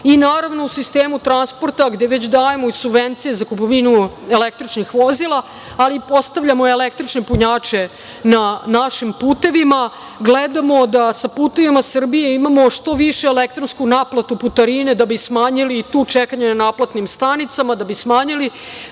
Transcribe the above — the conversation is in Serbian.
Naravno, u sistemu transporta gde već dajemo i subvencije za kupovinu električnih vozila, ali postavljamo električne punjače na našim putevima, gledamo da sa „Putevima Srbije“ imamo što više elektronsku naplatu putarine da bi smanjili i tu čekanje na naplatnim stanicama, da bi smanjili